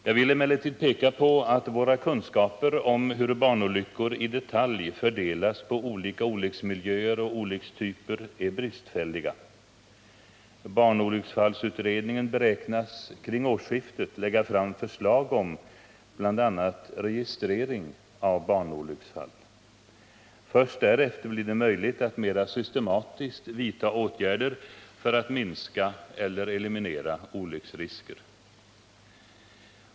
Jag vill emellertid peka på att våra kunskaper om hur barnolyckor i detalj fördelas på olika olycksmiljöer och olyckstyper är bristfälliga. Barnolycksfallsutredningen beräknas kring årsskiftet lägga fram förslag om bl.a. registrering av barnolycksfall. Först därefter blir det möjligt att mer systematiskt vidta åtgärder för att minska eller eliminera olycksrisker.